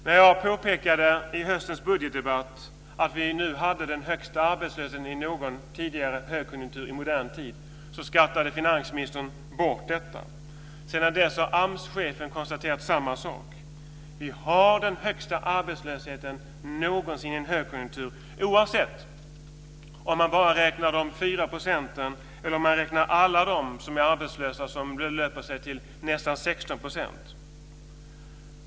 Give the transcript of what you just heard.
När jag i höstens budgetdebatt påpekade att vi nu hade högre arbetslöshet än i någon tidigare högkonjunktur i modern tid så skrattade finansministern bort detta. Sedan dess har AMS-chefen konstaterat samma sak. Vi har den högsta arbetslösheten någonsin i en högkonjunktur, oavsett om man bara räknar de 4 procenten eller om man räknar alla som är arbetslösa, vilket är nästan 16 %.